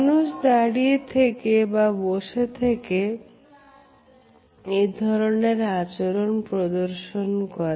মানুষ দাঁড়িয়ে থেকে বা বসে থেকে এই ধরনের আচরণ প্রদর্শন করে